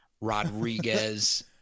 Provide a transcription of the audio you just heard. rodriguez